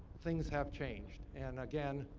things have changed. and again,